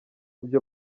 byo